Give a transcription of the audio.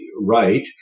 right